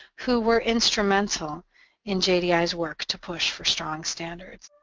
who were instrumental in jdi's work to push for strong standards.